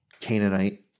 Canaanite